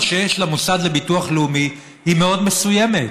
שיש למוסד לביטוח לאומי היא מאוד מסוימת.